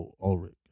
Ulrich